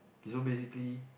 it's all basically